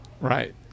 Right